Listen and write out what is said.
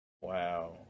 Wow